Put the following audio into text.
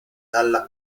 dalla